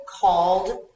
called